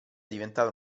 diventato